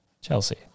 Chelsea